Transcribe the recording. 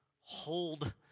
hold